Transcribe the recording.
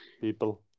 People